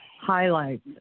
highlights